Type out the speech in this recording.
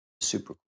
Super